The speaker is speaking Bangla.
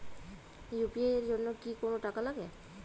ইউ.পি.আই এর জন্য কি কোনো টাকা লাগে?